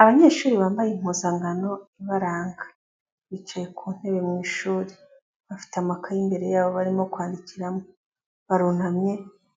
Abanyeshuri bambaye impuzankano ibaranga, bicaye ku ntebe mu ishuri, bafite amakaye imbere yabo barimo kwandikira, barunamye,